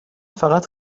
فقط